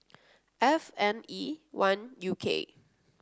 F N E one U K